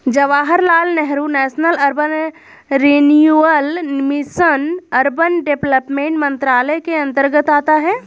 Jawaharlal Nehru national urban renewal mission urban development मंत्रालय के अंतर्गत आता है